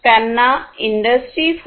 त्यांना इंडस्ट्री 4